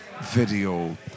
video